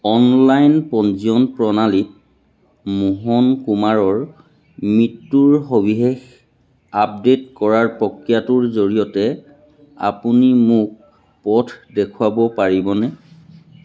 online পঞ্জীয়ন প্ৰণালীত মোহন কুমাৰৰ মৃত্যুৰ সবিশেষ আপডেট কৰাৰ প্ৰক্ৰিয়াটোৰ জৰিয়তে আপুনি মোক পথ দেখুৱাব পাৰিবনে